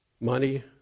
Money